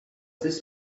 this